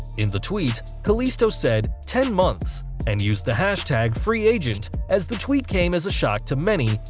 in the tweet, kalisto said ten months and used the hashtag free agent as the tweet came as a shock to many,